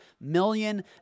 million